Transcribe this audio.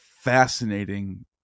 fascinating